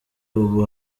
ubu